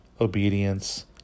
obedience